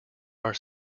are